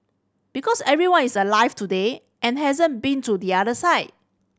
because everyone is alive today and hasn't been to the other side